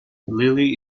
lily